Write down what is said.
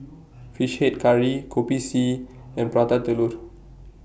Fish Head Curry Kopi C and Prata Telur